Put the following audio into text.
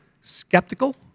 skeptical